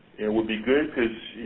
it would be good because